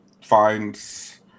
finds